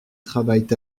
travaillent